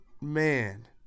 man